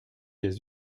des